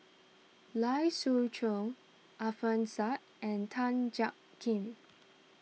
Lai Siu Chiu Alfian Sa'At and Tan Jiak Kim